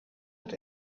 het